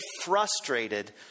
frustrated